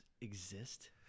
exist